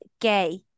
Gay